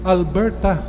Alberta